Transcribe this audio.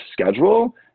schedule